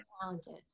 talented